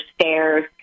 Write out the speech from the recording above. stairs